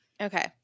Okay